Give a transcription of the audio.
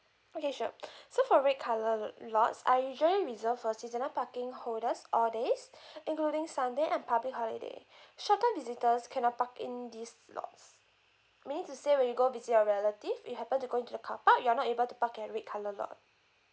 okay sure so for red colour l~ lots are usually reserved for seasonal parking holders all days including sunday and public holiday short term visitors cannot park in these lots meaning to say when you go visit your relative you happen to go into the car park you're not able to park at red colour lot